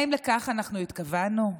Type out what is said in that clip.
האם לכך אנחנו התכוונו?